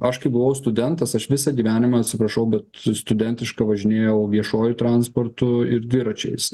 aš kai buvau studentas aš visą gyvenimą atsiprašau bet su studentiška važinėjau viešuoju transportu ir dviračiais